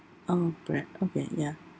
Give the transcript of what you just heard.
oh bread okay ya